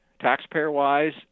taxpayer-wise